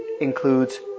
includes